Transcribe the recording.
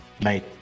mate